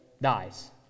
dies